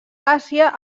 àsia